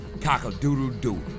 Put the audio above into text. Cock-a-doodle-doo